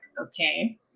okay